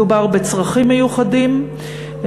מדובר בצרכים מיוחדים,